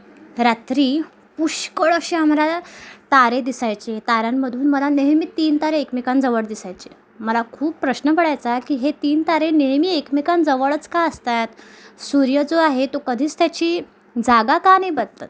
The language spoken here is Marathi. रात्री पुष्कळ अशी आम्हाला तारे दिसायचे ताऱ्यांमधून मला नेहमी तीन तारे एकमेकांजवळ दिसायचे मला खूप प्रश्न पडायचा की हे तीन तारे नेहमी एकमेकांजवळच का असतायत सूर्य जो आहे तो कधीच त्याची जागा का नाही बदलत